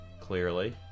clearly